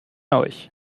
euch